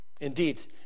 indeed